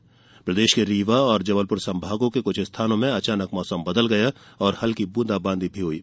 हालांकि रीवा और जबलपुर संभागों के कुछ स्थानों में अचानक मौसम बदल गया और हल्की ब्रंदाबांदी भी हयी